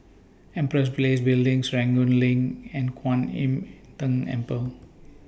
Empress Place Building Serangoon LINK and Kwan Im Tng Temple